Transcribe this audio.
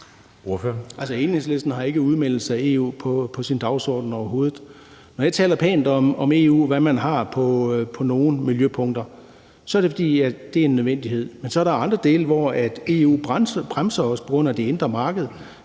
Enhedslisten har ikke udmeldelse af EU på sin dagsorden, overhovedet. Når jeg taler pænt om EU, i forhold til hvad man har på nogle miljøpunkter, så er det, fordi det er en nødvendighed. Men så er der andre områder, hvor EU bremser os på grund af det indre marked.